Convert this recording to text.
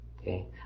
Okay